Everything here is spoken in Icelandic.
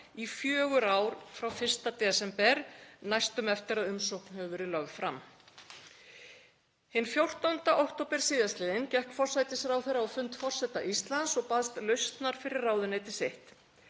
í fjögur ár frá 1. desember næstum eftir að umsókn var lögð fram. Hinn 14. október sl. gekk forsætisráðherra á fund forseta Íslands og baðst lausnar fyrir ráðuneyti sitt.